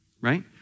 right